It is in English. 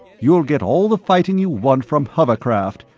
you'll get all the fighting you want from hovercraft,